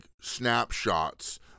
snapshots